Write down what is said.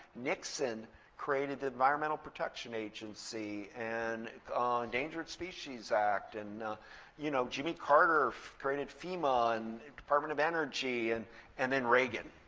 nixon created the environmental protection agency and endangered species act. and you know jimmy carter created fema and the department of energy. and and then reagan.